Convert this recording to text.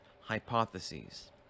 hypotheses